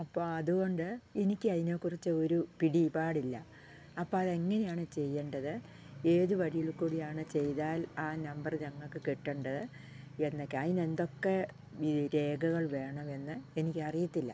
അപ്പം അത്കൊണ്ട് എനിക്ക് അതിനെ കുറിച്ച് ഒരു പിടിപാടില്ല അപ്പം അതെങ്ങനെയാണ് ചെയ്യേണ്ടത് ഏത് വഴിയിൽ കൂടിയാണ് ചെയ്താൽ ആ നമ്പർ ഞങ്ങൾക്ക് കിട്ടേണ്ടത് എന്നൊക്കെ അതിന് എന്തൊക്കെ ഇത് രേഖകൾ വേണമെന്ന് എനിക്കറിയത്തില്ല